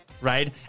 right